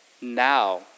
now